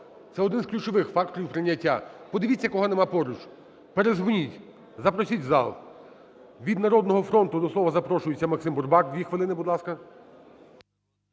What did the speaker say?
це один з ключових факторів прийняття. Подивіться, кого нема поруч, передзвоніть, запросіть в зал. Від "Народного фронту" до слова запрошується Максим Бурбак. Дві хвилини, будь ласка.